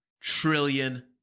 trillion